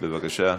בבקשה.